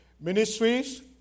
ministries